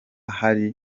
hariho